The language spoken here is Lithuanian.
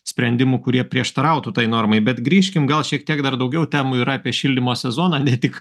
sprendimų kurie prieštarautų tai normai bet grįžkim gal šiek tiek dar daugiau temų yra apie šildymo sezoną ne tik